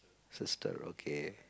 sister okay